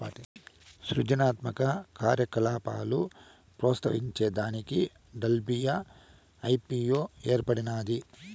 సృజనాత్మక కార్యకలాపాలు ప్రోత్సహించే దానికి డబ్ల్యూ.ఐ.పీ.వో ఏర్పడినాది